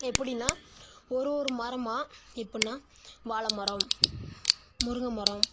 எப்படின்னா ஒரு ஒரு மரமாக எப்படின்னா வாழைமரம் முருங்கைமரம்